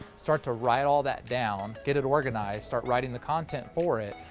start to write all that down, get it organized, start writing the content for it,